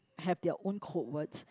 have their own code words